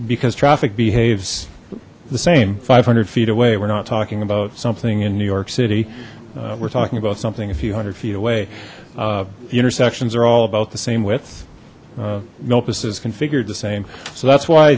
because traffic behaves the same five hundred feet away we're not talking about something in new york city we're talking about something a few hundred feet away the intersections are all about the same width memphis is configured the same so that's why